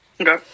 Okay